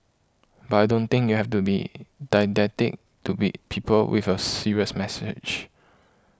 but I don't think you have to be didactic to beat people with a serious message